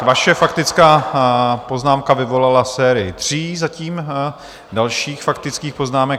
Vaše faktická poznámka vyvolala sérii tří zatím dalších faktických poznámek.